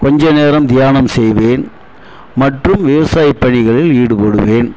கொஞ்ச நேரம் தியானம் செய்வேன் மற்றும் விவசாயப்பணிகளில் ஈடுப்படுவேன்